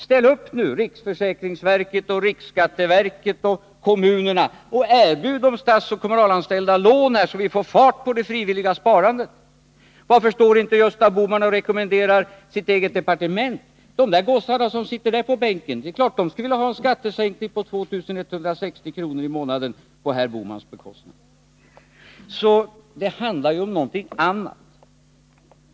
Ställ upp nu — riksförsäkringsverket, riksskatteverket och kommunerna — och erbjud de statsoch kommunalanställda lån, så att vi får fart på det frivilliga sparandet! Varför står inte Gösta Bohman upp och rekommenderar det när det gäller det egna departementet? Det är klart att gossarna som sitter där på bänken skulle vilja ha en skattesänkning på 2 160 kr. i månaden på herr Bohmans bekostnad. Det handlar ju om någonting annat.